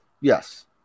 Yes